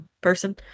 person